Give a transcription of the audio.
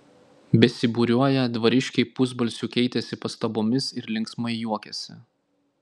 besibūriuoją dvariškiai pusbalsiu keitėsi pastabomis ir linksmai juokėsi